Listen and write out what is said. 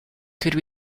could